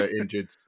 injured